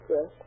Yes